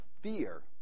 fear